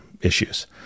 issues